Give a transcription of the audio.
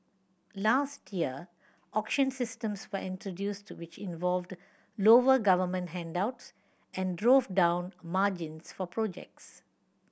last year auction systems were introduced which involved lower government handouts and drove down margins for projects